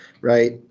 right